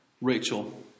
Rachel